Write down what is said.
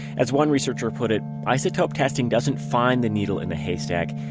as one researcher put it, isotope testing doesn't find the needle in the haystack,